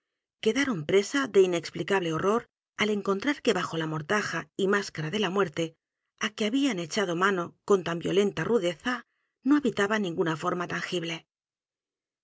n presa de inexplicable horror al encontrar que bajo la mortaja y máscara de la muerte á que habían echado mano con tan violenta rudeza n o habitaba ninguna forma tangible